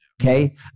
Okay